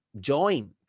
Join